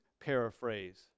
paraphrase